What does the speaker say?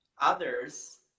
others